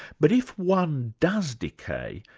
but if one does decay,